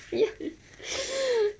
ya